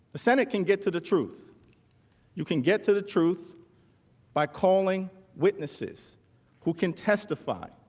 the senate can get to the truth you can get to the truth by calling witnesses who can testify